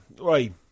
right